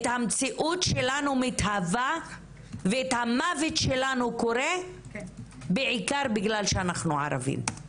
את המציאות שלנו מתהווה ואת המוות שלנו קורה בעיקר בגלל שאנחנו ערבים.